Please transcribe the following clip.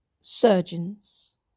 surgeons